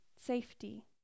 safety